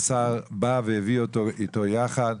השר בא והביא אותו איתו יחד.